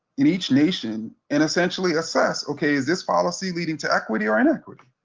in each nation, and essentially assess okay, is this policy leading to equity or inequity?